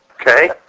Okay